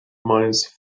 mines